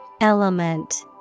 Element